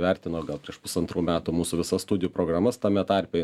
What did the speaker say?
vertino gal prieš pusantrų metų mūsų visas studijų programas tame tarpe